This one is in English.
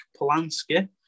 Polanski